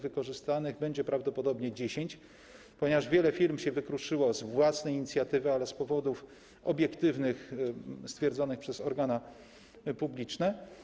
Wykorzystanych będzie prawdopodobnie 10, ponieważ wiele firm się wykruszyło z własnej inicjatywy, ale z powodów obiektywnych, stwierdzonych przez organa publiczne.